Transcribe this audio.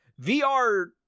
VR